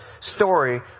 story